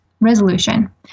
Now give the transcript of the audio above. Resolution